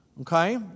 Okay